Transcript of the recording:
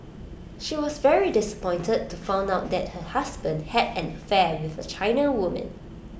she was very disappointed to find out that her husband had an affair with A China woman